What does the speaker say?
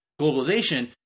globalization